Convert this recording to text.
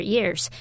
Years